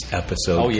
episode